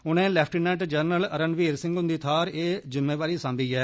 उनें lieutenant general Ranbir Singh हुन्दी थार एह् जुम्मेवारी सांभी ऐ